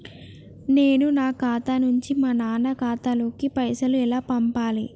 నేను నా ఖాతా నుంచి మా నాన్న ఖాతా లోకి పైసలు ఎలా పంపాలి?